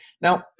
Now